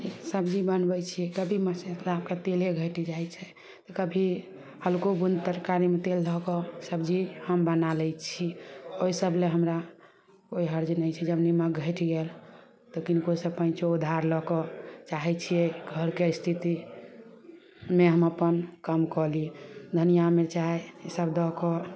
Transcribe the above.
सब्जी बनबै छियै कभी मसल्लाके तेले घटि जाइ छै तऽ कभी हलको बुन्द तरकारीमे तेल धऽ कऽ सब्जी हम बना लै छी ओहि सभले हमरा कोइ हर्ज नहि छै जब निमक घटि गेल तऽ किनको सँ पैचो उधार लऽ कऽ चाहै छियै घरके स्थितिमे हम अपन काम कऽ ली धनियाँ मिरचाइ ई सभ दऽ कऽ